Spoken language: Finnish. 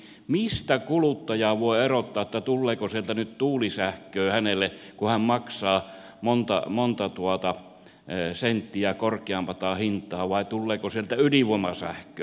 mistä kuluttaja voi erottaa tuleeko sieltä hänelle nyt tuulisähköä kun hän maksaa monta senttiä korkeampaa hintaa vai tuleeko sieltä ydinvoimasähköä